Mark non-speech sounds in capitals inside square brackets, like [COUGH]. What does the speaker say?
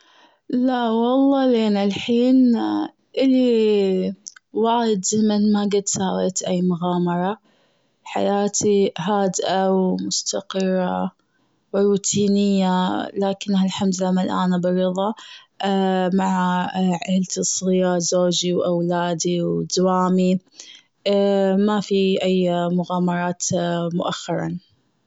لا والله لين الحين [HESITATION] إلي وايد لمن ما قد ساويت أي مغامرة. حياتي هادئة و مستقرة و روتينية لكنها الحمد لله ملآنة بالرضا. [HESITATION] مع [HESITATION] عائلتي الصغيرة زوجي و أولادي و دوامي. [HESITATION] ما في أي مغامرات [HESITATION] مؤخرا.